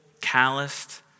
calloused